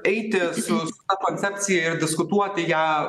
eiti su ta koncepcija ir diskutuoti ją